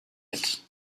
mit